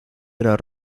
era